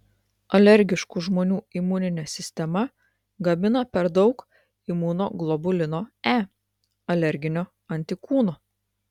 alergiškų žmonių imuninė sistema gamina per daug imunoglobulino e alerginio antikūno